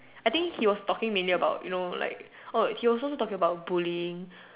I think he was talking mainly about you know like oh he also talking about bullying